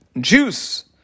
juice